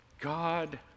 God